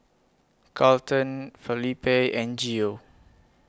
Carlton Felipe and Geo